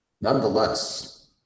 nonetheless